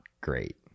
great